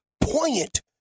poignant